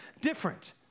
different